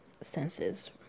senses